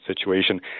situation